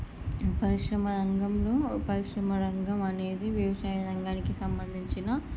పరిశ్రమరంగంలో పరిశ్రమరంగం అనేది వ్యవసాయ రంగానికి సంబంధించిన